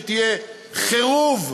שתהיה החרבה,